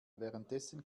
währenddessen